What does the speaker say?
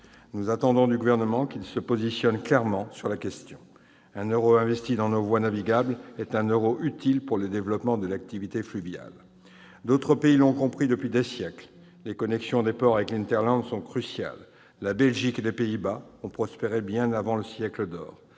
Nous attendons du Gouvernement qu'il se positionne clairement sur la question. Un euro investi dans nos voies navigables est un euro utile pour le développement de l'activité fluviale. D'autres pays l'ont compris depuis des siècles : les connexions des ports avec l'sont cruciales. La Belgique et les Pays-Bas ont prospéré bien avant le siècle d'or